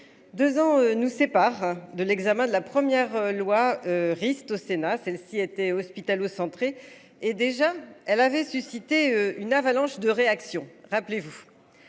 2 ans nous séparent de l'examen de la première loi risque au Sénat. Celle-ci était hospitalo-centrée et déjà elle avait suscité une avalanche de réactions, rappelez-vous.